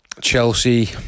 Chelsea